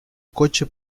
coche